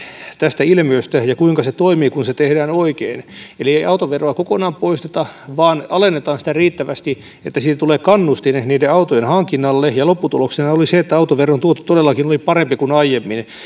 tästä ilmiöstä ja siitä kuinka se toimii kun se tehdään oikein eli ei autoveroa kokonaan poisteta vaan alennetaan sitä riittävästi että siitä tulee kannustin autojen hankinnalle ja lopputuloksena oli se että autoveron tuotto todellakin oli parempi kuin aiemmin tässä